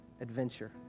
adventure